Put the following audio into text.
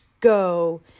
go